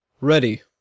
Ready